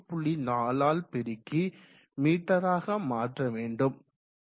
4 ஆல் பெருக்கி மீட்டராக மாற்ற வேண்டும்